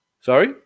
Sorry